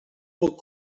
puc